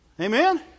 Amen